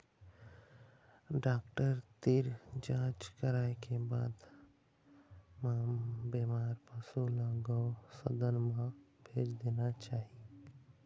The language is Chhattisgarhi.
डॉक्टर तीर जांच कराए के बाद म बेमार पशु ल गो सदन म भेज देना चाही